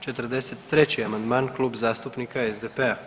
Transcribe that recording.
43. amandman Klub zastupnika SDP-a.